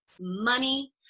money